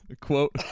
Quote